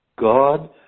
God